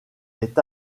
est